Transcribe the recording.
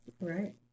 right